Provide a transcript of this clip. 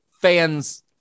fans